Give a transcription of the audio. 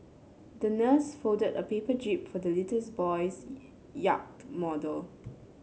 the nurse folded a paper jib for the little boy's yacht model